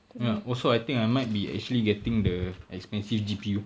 oh ya also I think I might be actually getting the expensive G_P_U